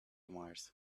mars